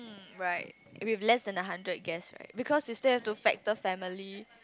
right if you have a less than a hundred guests right because you still have to factor family